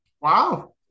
Wow